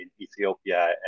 Ethiopia